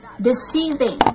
deceiving